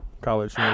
college